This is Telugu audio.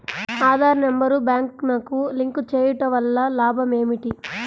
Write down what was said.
ఆధార్ నెంబర్ బ్యాంక్నకు లింక్ చేయుటవల్ల లాభం ఏమిటి?